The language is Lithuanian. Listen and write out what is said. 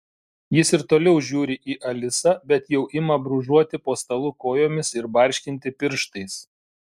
jis ir toliau žiūri į alisą bet jau ima brūžuoti po stalu kojomis ir barškinti pirštais